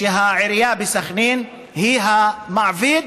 כשהעירייה בסח'נין היא המעביד,